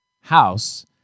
house